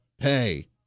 pay